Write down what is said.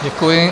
Děkuji.